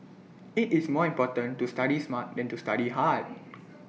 IT is more important to study smart than to study hard